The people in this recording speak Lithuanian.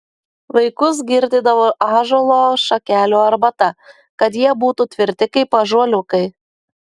vaikus girdydavo ąžuolo šakelių arbata kad jie būtų tvirti kaip ąžuoliukai